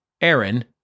Aaron